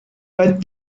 but